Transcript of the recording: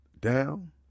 down